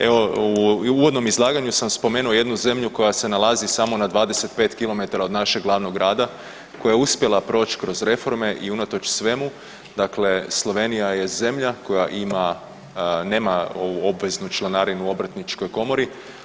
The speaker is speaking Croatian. Evo i u uvodnom izlaganju sam spomenuo jednu zemlju koja se nalazi samo na 25 km od našeg glavnog grada, koja je uspjela proći kroz reforme i unatoč svemu, dakle Slovenija je zemlja koja ima, nema ovu obveznu članarinu obrtničku u obrtničkoj komori.